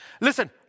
Listen